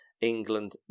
England